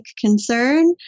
concern